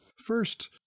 First